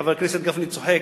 חבר הכנסת גפני צוחק,